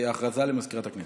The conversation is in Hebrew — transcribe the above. הודעה למזכירת הכנסת.